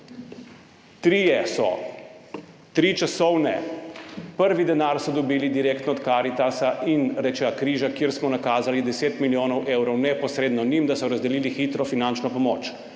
trije so, tri časovne. Prvi denar so dobili direktno od Karitasa in Rdečega križa, kjer smo nakazali 10 milijonov evrov neposredno njim, da so razdelili hitro finančno pomoč.